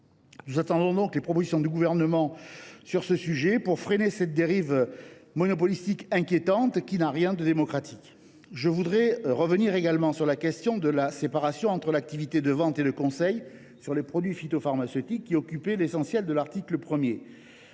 Nous attendons donc les propositions du Gouvernement sur ce sujet pour freiner cette dérive monopolistique inquiétante, qui n’a rien de démocratique. Je reviendrai également sur la question de la séparation entre l’activité de vente et l’activité de conseil pour les produits phytopharmaceutiques, qui occupait l’essentiel de l’article 1.